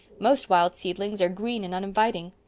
most wild seedlings are green and uninviting.